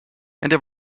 there